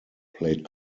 played